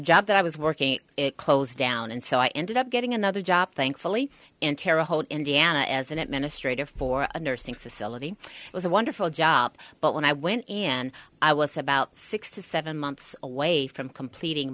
job that i was working it closed down and so i ended up getting another job thankfully in terre haute indiana as an administrator for a nursing facility it was a wonderful job but when i went in i was about six to seven months away from completing